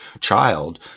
child